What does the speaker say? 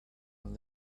and